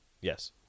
Yes